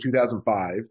2005